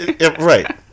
right